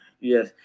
yes